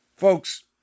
Folks